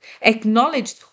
acknowledge